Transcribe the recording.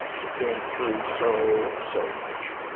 you've been through so, so much,